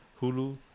Hulu